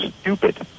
stupid